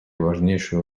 важнейшую